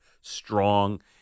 strong